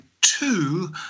two